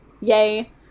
Yay